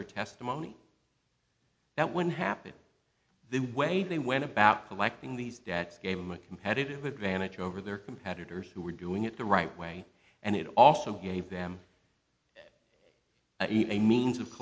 their testimony that wouldn't happen the way they went about collecting these debts gave them a competitive advantage over their competitors who were doing it the right way and it also gave them and a means of